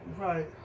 Right